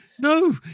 no